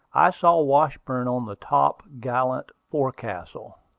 i saw washburn on the top-gallant forecastle,